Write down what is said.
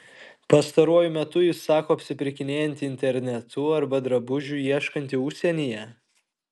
pastaruoju metu ji sako apsipirkinėjanti internetu arba drabužių ieškanti užsienyje